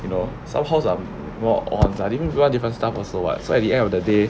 you know some halls some more on lah maybe even in different stuff also lah so at the end of the day